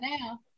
now